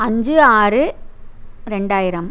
அஞ்சு ஆறு ரெண்டாயிரம்